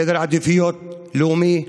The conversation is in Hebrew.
סדר עדיפויות לאומי,